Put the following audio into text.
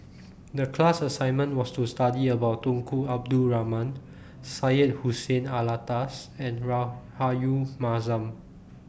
The class assignment was to study about Tunku Abdul Rahman Syed Hussein Alatas and Rahayu Mahzam